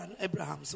Abraham